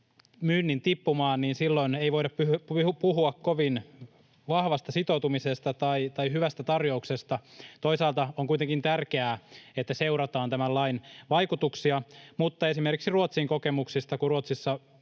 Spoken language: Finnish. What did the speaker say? myynnin tippumaan, silloin ei voida puhua kovin vahvasta sitoutumisesta tai hyvästä tarjouksesta. Toisaalta on kuitenkin tärkeää, että seurataan tämän lain vaikutuksia, mutta esimerkiksi Ruotsin kokemuksista — kun Ruotsissa